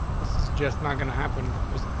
this is just not gonna happen because,